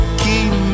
keep